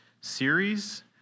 series